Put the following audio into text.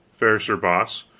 fair sir boss.